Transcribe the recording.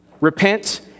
Repent